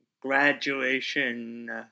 graduation